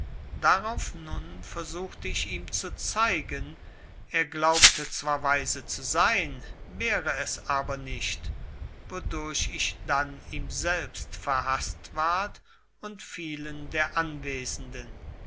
darauf nun versuchte ich ihm zu zeigen er glaubte zwar weise zu sein wäre es aber nicht wodurch ich dann ihm selbst verhaßt ward und vielen der anwesenden